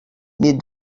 mit